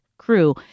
Crew